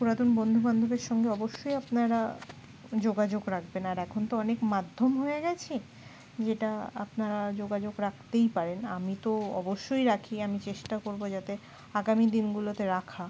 পুরাতন বন্ধুবান্ধবের সঙ্গে অবশ্যই আপনারা যোগাযোগ রাখবেন আর এখন তো অনেক মাধ্যম হয়ে গেছে যেটা আপনারা যোগাযোগ রাখতেই পারেন আমি তো অবশ্যই রাখি আমি চেষ্টা করবো যাতে আগামী দিনগুলোতে রাখা